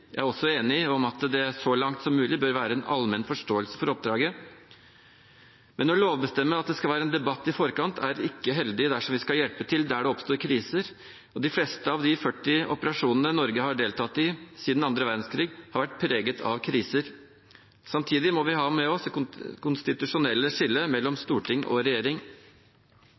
Jeg er også enig i at det så langt som mulig bør være en allmenn forståelse for oppdraget. Men å lovbestemme at det skal være en debatt i forkant, er ikke heldig dersom vi skal hjelpe til der det oppstår kriser. De fleste av de 40 operasjonene Norge har deltatt i siden annen verdenskrig, har vært preget av kriser. Samtidig må vi ha med oss det konstitusjonelle skillet mellom storting og regjering.